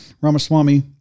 Ramaswamy